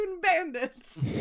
bandits